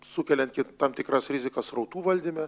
sukelia tam tikras rizikas srautų valdyme